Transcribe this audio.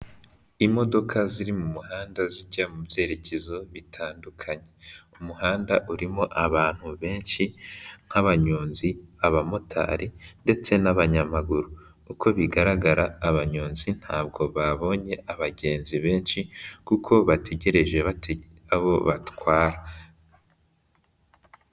Imodoka ziri mu muhanda zijya mu byerekezo bitandukanye, umuhanda urimo abantu benshi nk'abanyonzi, abamotari ndetse n'abanyamaguru, uko bigaragara abanyonzi ntabwo babonye abagenzi benshi kuko bategereje bate... abo batwara.